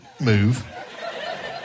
move